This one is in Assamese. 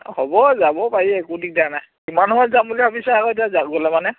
হ'ব যাব পাৰি একো দিগদাৰ নাই কিমান সময়ত যাম বুলি ভাবিছা আকৌ গ'লে মানে